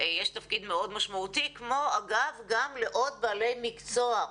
יש תפקיד מאוד משמעותי כמו אגב גם לעוד בעלי מקצוע.